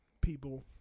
people